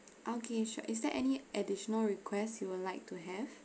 okay sure is there any additional request you would like to have